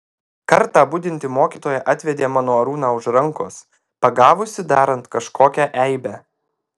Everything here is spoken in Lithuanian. kartą budinti mokytoja atvedė mano arūną už rankos pagavusi darant kažkokią eibę